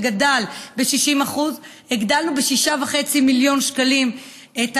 שזה גדל ב-60%; הגדלנו ב-6.5 מיליון שקלים את